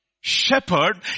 shepherd